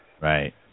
Right